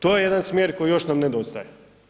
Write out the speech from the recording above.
To je jedan smjer koji još nam nedostaje.